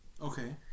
Okay